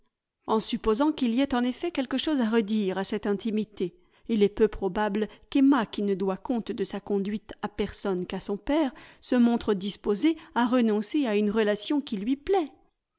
en supposant qu'il y ait en effet quelque chose à redire à cette intimité il est peu probable qu'emma qui ne doit compte de sa conduite à personne qu'à son père se montre disposée à renoncer à une relation qui lui plaît